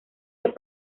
los